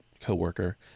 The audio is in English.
co-worker